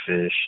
Fish